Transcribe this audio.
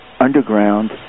underground